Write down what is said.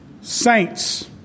saints